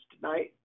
tonight